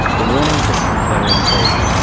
the warning systems that are in place,